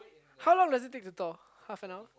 how long does it take to thaw half an hour